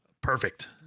Perfect